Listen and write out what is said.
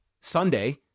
Sunday